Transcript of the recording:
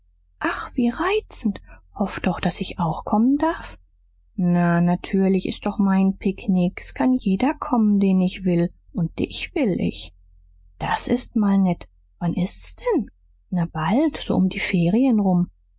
ach wie reizend hoff doch daß ich auch kommen darf na natürlich s ist doch mein picknick s kann jeder kommen den ich will und dich will ich das ist mal nett wann ist's denn na bald so um die ferien rum